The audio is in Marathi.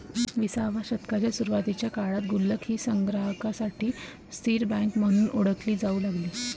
विसाव्या शतकाच्या सुरुवातीच्या काळात गुल्लक ही संग्राहकांसाठी स्थिर बँक म्हणून ओळखली जाऊ लागली